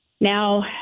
Now